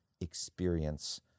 experience